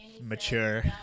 mature